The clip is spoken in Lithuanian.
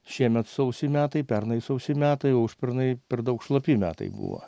šiemet sausi metai pernai sausi metai užpernai per daug šlapi metai buvo